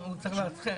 .